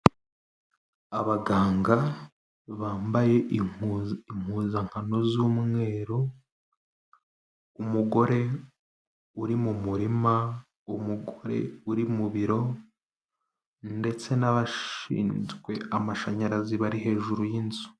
Abaganga bambaye impuzankano z'umweru, umugore uri mu murima, umugore uri mu biro ndetse n'abashinzwe amashanyarazi bari hejuru y'inzu.